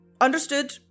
understood